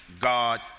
God